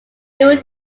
during